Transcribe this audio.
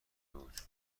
بود